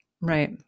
right